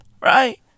Right